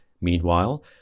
Meanwhile